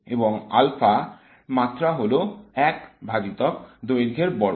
এবং আলফার মাত্রা হল ১ ভাজিত্বক দৈর্ঘ্যের বর্গ